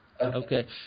Okay